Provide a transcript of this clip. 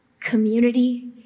community